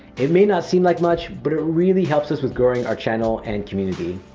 it may not seem like much, but it really helps us with growing our channel and community.